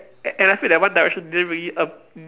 a~ and I feel that one direction didn't really ap~